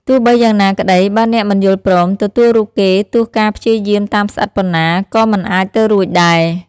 ទោះបីយ៉ាងណាក្តីបើអ្នកមិនយល់ព្រម ទទួលរូបគេទោះការព្យាយាមតាមស្អិតប៉ុនណាក៏មិនអាចទៅរួចដែរ។